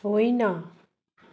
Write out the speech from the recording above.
होइन